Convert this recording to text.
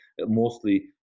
mostly